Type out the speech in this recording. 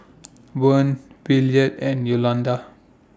Vern Williard and Yolanda